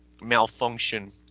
malfunction